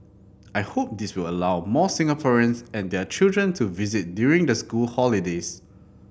I hope this will allow more Singaporeans and their children to visit during the school holidays